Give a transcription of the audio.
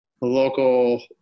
local